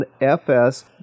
FS